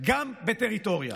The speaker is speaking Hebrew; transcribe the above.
גם בטריטוריה.